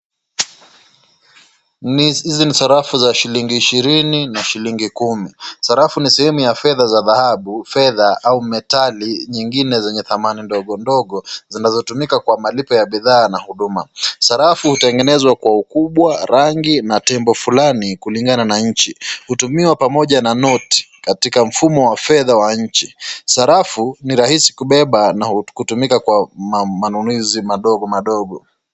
NIi hizi ni sarafu za shilingi ishirini na shilingi kumi. Sarafu ni sehemu ya fedha za dhahabu, fedha au metati nyengine zenye thamani ndogo ndogo zinazotumika kwa malipo ya bidhaa na huduma. Sarafu hutengnezwa kwa ukubwa, rangi, na tembo fulani kulingana na nchi. Kutumiwa pamoja na noti katika mfumo wa fedha wa nchi. Sarafu, ni rahisi kubeba na kutumika kwa ma manunuzi madogo madogo.